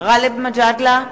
גאלב מג'אדלה,